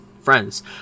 friends